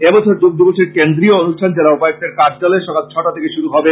এবছর যোগ দিবসের কেন্দ্রীয় অনুষ্ঠান জেলা উপায়ুক্তের কার্য্যলয়ে সকাল ছটা থেকে শুরু হবে